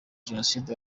jenoside